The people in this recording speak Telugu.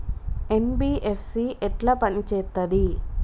ఎన్.బి.ఎఫ్.సి ఎట్ల పని చేత్తది?